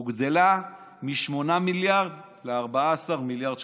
הוגדלה מ-8 מיליארד ל-14 מיליארד שקלים.